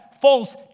false